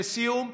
לסיום,